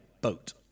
boat